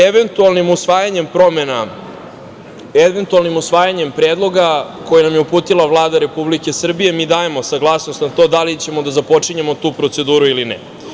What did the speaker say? Eventualnim usvajanjem predloga koji nam je uputila Vlada Republike Srbije, mi dajemo saglasnost na to da li ćemo da započinjemo tu proceduru ili ne.